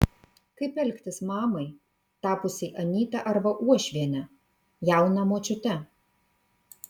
kaip elgtis mamai tapusiai anyta arba uošviene jauna močiute